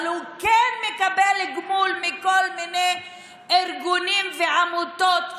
אבל הוא כן מקבל תגמול מכל מיני ארגונים ועמותות,